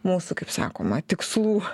mūsų kaip sakoma tikslų